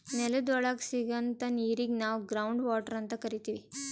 ನೆಲದ್ ಒಳಗ್ ಸಿಗಂಥಾ ನೀರಿಗ್ ನಾವ್ ಗ್ರೌಂಡ್ ವಾಟರ್ ಅಂತ್ ಕರಿತೀವ್